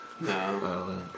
No